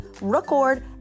record